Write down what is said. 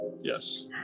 Yes